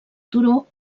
turó